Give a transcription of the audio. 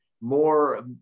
More